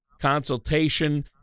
consultation